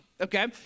okay